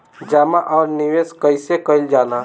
जमा और निवेश कइसे कइल जाला?